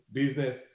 business